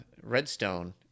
redstone